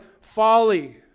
folly